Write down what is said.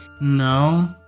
No